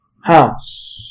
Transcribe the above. house